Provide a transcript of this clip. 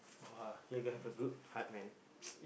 !wow! you got to a good heart man